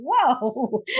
whoa